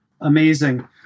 Amazing